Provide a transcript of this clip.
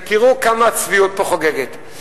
ותראו כמה הצביעות חוגגת פה.